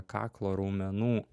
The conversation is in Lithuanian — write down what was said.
kaklo raumenų